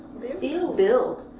you build,